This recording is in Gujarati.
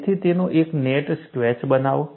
તેથી તેનો એક નેટ સ્કેચ બનાવો